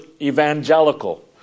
evangelical